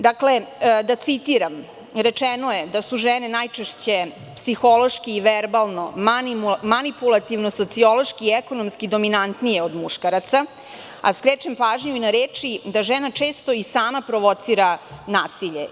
Dakle, da citiram, rečeno je da su žene najčešće psihološki i verbalno, manipulativno, sociološki i ekonomski dominantnije od muškaraca, a skrećem pažnju i na reči da žena često i sama provocira nasilje.